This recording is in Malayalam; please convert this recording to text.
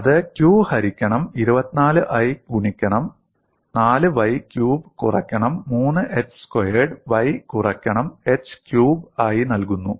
അത് q ഹരിക്കണം 24I ഗുണിക്കണം 4y ക്യൂബ് കുറക്കണം 3h സ്ക്വയേർഡ് y കുറക്കണം h ക്യൂബ് ആയി നൽകുന്നു